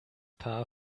paar